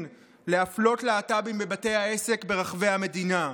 להפלות להט"בים בבתי העסק ברחבי המדינה.